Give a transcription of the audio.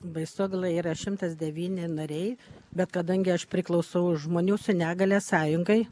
baisogala yra šimtas devyni nariai bet kadangi aš priklausau žmonių su negalia sąjungai